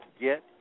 get